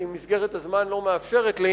כי מסגרת הזמן לא מאפשרת לי,